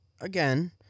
again